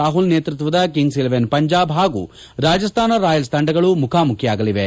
ರಾಹುಲ್ ನೇತ್ವತ್ವದ kings eleven Punjab ಹಾಗೂ Rajasthan royals ತಂಡಗಳು ಮುಖಾಮುಖಿಯಾಗಲಿವೆ